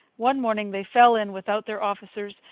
one morning they fell in without their officers,